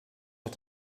had